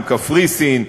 עם קפריסין,